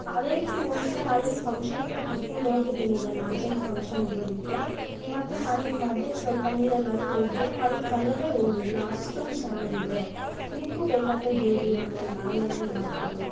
ಅದೇ ರೀತಿ ಒಂದ್ಸರಿ ಆಲ್ರೆಡಿ ಫಂಕ್ಷನಿಗೆ ಕೂಡ ಕಟ್ಕೊಂಡು ಹೋಗಿದ್ದೀನಿ ಇದನ್ನು ಅರ್ಜೆಂಟ್ ಫಂಕ್ಷನ್ ಇರೋದಕ್ಕೆ ಮತ್ತೆ ನಾನೇನ್ ಮಾಡ್ದೆ ಸ್ವಲ್ಪ ನೀರಲ್ಲಾಕಿ ಒಗೆದೆ ಆದರು ಕಲರೆ ಹೋಗಿಲ್ಲ ಅಷ್ಟೊಂದು ಚೆನ್ನಾಗಿದೆ ನಿಮಗೂ ಬೇಕೆಂದ್ರೆ ಹೇಳಿ ನಾನೊಂದು ಆನ್ಲೈನಲ್ಲಿ ಮಾಡ್ತೀನಿ